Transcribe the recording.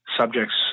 subjects